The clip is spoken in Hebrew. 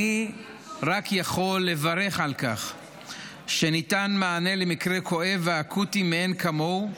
אני רק יכול לברך על כך שניתן מענה למקרה כואב ואקוטי מאין כמוהו,